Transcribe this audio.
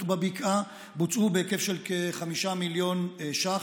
בבקעה בוצעו בהיקף של כ-5 מיליון ש"ח,